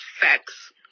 facts